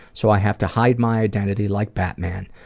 so i have to hide my identity like batman.